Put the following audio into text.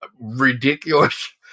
ridiculous